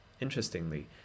Interestingly